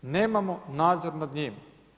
Nemamo nadzor nad njima.